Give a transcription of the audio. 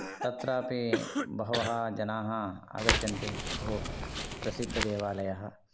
तत्रापि बहवः जनाः आगच्छन्ति बहु प्रसिद्धदेवालयः